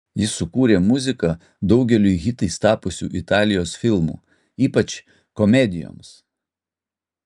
jis sukūrė muziką daugeliui hitais tapusių italijos filmų ypač komedijoms